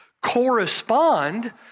correspond